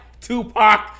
Tupac